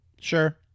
Sure